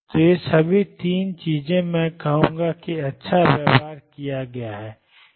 तो ये सभी 3 चीजें मैं कहूंगा कि अच्छा व्यवहार किया गया है